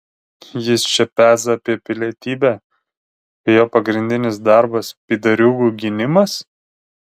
jis čia peza apie pilietybę kai jo pagrindinis darbas pydariūgų gynimas